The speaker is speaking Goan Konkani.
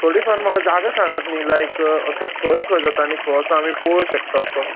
थोडी फार म्हाका जागो सांगात न्ही लायक असो खंय खंय जाता आनी खंय असो आमी पळोवं शकता असो